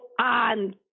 on